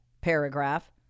paragraph